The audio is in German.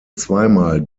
zweimal